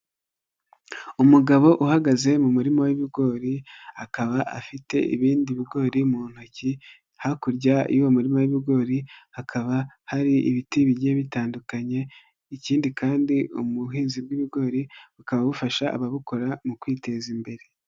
Umugabo uhagaze mu murima w'ibigori akaba afite ibindi bigori mu ntoki, hakurya y'uwo murima w'ibigori hakaba hari ibiti bigiye bitandukanye, ikindi kandi ubuhinzi bw'ibigori bukaba bufasha ababukora mu kwiteza imbere.